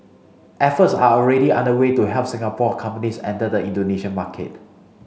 efforts are already underway to help Singapore companies enter the Indonesia market